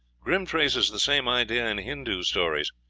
grimm traces the same idea in hindoo stories.